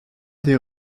des